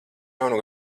jaunu